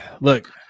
look